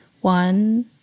One